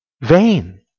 vain